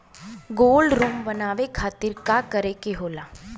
Cold room बनावे खातिर का करे के होला?